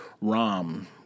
rom